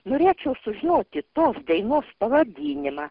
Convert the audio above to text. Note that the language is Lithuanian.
norėčiau sužinoti tos dainos pavadinimą